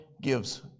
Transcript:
gives